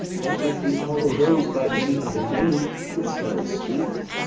that which we call a rose by any other name would smell as sweet.